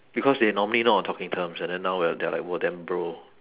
because they normally not on talking terms and then now we're they're like !wah! damn bro